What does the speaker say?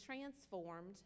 transformed